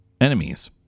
enemies